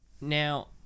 Now